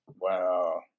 Wow